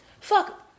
Fuck